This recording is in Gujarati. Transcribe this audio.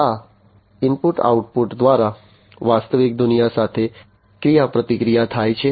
આ ઇનપુટ આઉટપુટ દ્વારા વાસ્તવિક દુનિયા સાથે ક્રિયાપ્રતિક્રિયા થાય છે